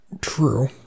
true